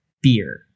beer